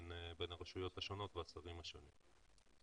בין הרשויות השונות והצווים השונים.